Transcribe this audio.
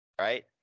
Right